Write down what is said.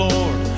Lord